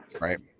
right